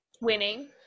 Winning